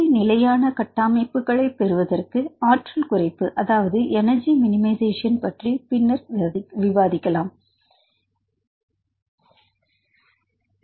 இறுதி நிலையான கட்டமைப்புகளைப் பெறுவதற்கான ஆற்றல் குறைப்பு அதாவது எனர்ஜி மினிமைஸ் ஃபேஷன் பற்றி பின்னர்நான் விவாதிப்பேன்